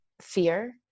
fear